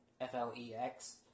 f-l-e-x